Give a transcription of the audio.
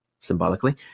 symbolically